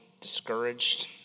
discouraged